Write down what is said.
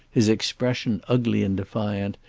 his expression ugly and defiant,